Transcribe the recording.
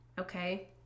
okay